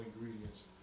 ingredients